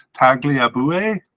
Tagliabue